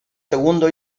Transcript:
segundo